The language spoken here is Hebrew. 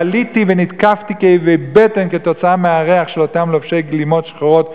חליתי ונתקפתי כאבי בטן כתוצאה מהריח של אותם לובשי גלימות שחורות,